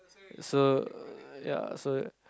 so ya so